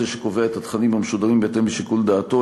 שקובע את התכנים המשודרים בהתאם לשיקול דעתו.